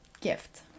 gift